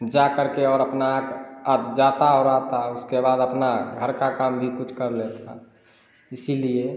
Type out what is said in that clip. जाकर के और अपना अब जाता और आता है उसके बाद अपना घर का काम भी कुछ कर लेता है इसीलिए